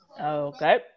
Okay